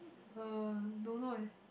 uh don't know eh